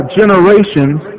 generations